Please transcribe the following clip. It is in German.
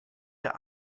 der